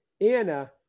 Anna